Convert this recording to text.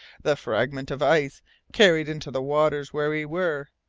the fragment of ice carried into the waters where we were,